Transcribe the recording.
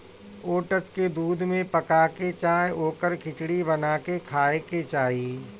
oats के दूध में पका के चाहे ओकर खिचड़ी बना के खाए के चाही